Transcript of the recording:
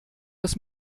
das